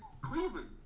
Cleveland